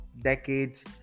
decades